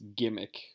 gimmick